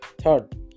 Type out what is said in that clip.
third